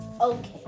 Okay